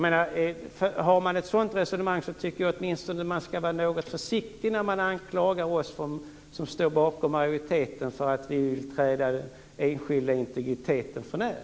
För man ett sådant resonemang tycker jag att man åtminstone skall vara något försiktig när man anklagar oss som står bakom majoriteten för att vi vill träda den enskilda integriteten för när.